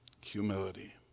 humility